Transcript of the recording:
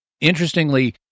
Interestingly